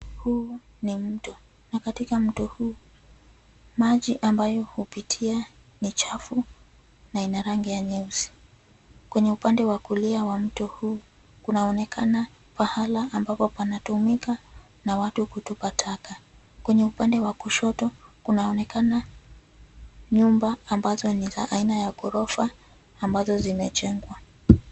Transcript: Huu ni mto. Na katika mto huu, maji ambayo hupitia ni chafu na ina rangi ya nyeusi. Kwenye upande wa kulia wa mto huu, kunaonekana, pahala ambapo panatumika, na watu kutupata taka. Kwenye upande wa kushoto, kunaonekana, nyumba ambazo ni za aina ya ghorofa, ambazo zimejengwa.